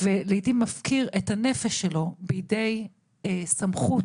ולעיתים מפקיר את הנפש שלו בידי סמכות.